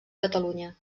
catalunya